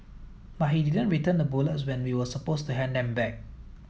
but he didn't return the bullets when we were supposed to hand them back